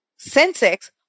Sensex